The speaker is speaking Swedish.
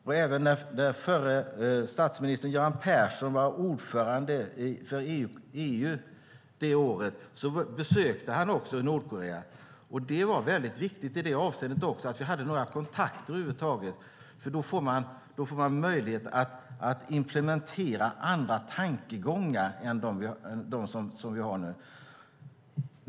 Det år då förre statsministern Göran Persson var ordförande i EU besökte han också Nordkorea. Det var väldigt viktigt också i det avseendet att vi hade några kontakter över huvud taget, för det ger möjlighet att implementera andra tankegångar än de som man har nu.